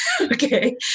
Okay